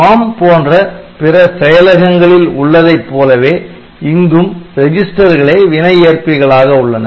ARM போன்ற பிற செயலகங்களில் உள்ளதைப் போலவே இங்கும் ரெஜிஸ்டர்களே வினை ஏற்பிகளாக உள்ளன